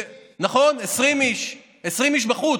נכון, 20 איש, 20 איש בחוץ.